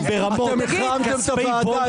אתם החרמתם את הוועדה,